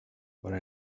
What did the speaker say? para